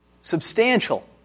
substantial